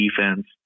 defense